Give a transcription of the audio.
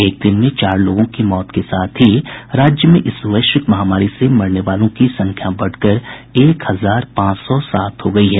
एक दिन में चार लोगों की मौत के साथ ही राज्य में इस वैश्विक महामारी से मरने वालों की संख्या बढ़कर एक हजार पांच सौ सात हो गई है